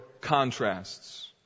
contrasts